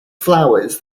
flowers